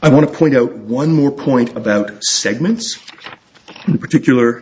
i want to point out one more point about segments in particular